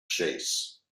chase